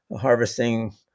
harvesting